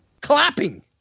clapping